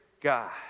God